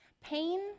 pain